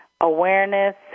awareness